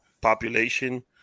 population